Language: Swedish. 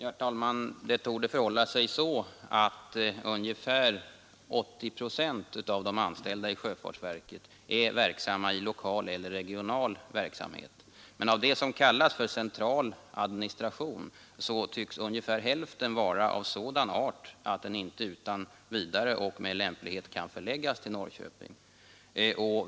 Herr talman! Det torde förhålla sig så att ungefär 80 procent av de anställda i sjöfartsverket är verksamma på lokal eller regional nivå. Men av det som kallas för central administration tycks ungefär hälften vara av sådan art att den inte utan vidare och med lämplighet kan förläggas till Norrköping.